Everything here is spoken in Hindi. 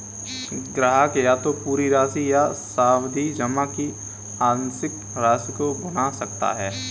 ग्राहक या तो पूरी राशि या सावधि जमा की आंशिक राशि को भुना सकता है